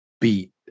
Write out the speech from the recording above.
beat